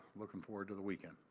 looking forward to the weekend.